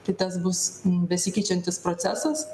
tai tas bus besikeičiantis procesas